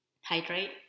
Hydrate